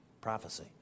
prophecy